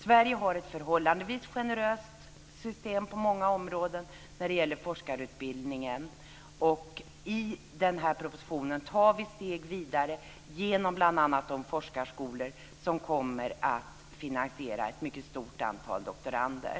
Sverige har ett förhållandevis generöst system på många områden för forskarutbildningen. I propositionen tar vi steg vidare genom bl.a. de forskarskolor som kommer att finansiera ett mycket stort antal doktorander.